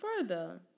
further